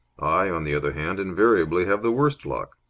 i, on the other hand, invariably have the worst luck.